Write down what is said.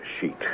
sheet